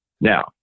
Now